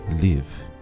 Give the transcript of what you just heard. live